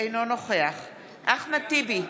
אינו נוכח אחמד טיבי,